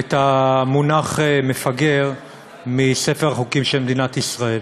את המונח מפגר מספר החוקים של מדינת ישראל.